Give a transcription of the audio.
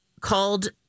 called